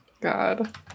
god